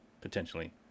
potentially